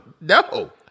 No